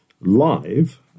live